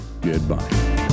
Goodbye